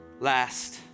Last